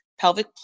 pelvic